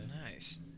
nice